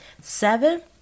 Seven